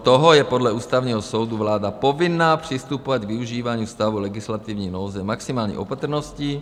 Kromě toho je podle Ústavního soudu vláda povinna přistupovat k využívání stavu legislativní nouze s maximální opatrností.